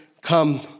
come